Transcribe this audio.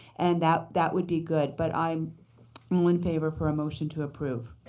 and that that would be good. but i'm all in favor for a motion to approve.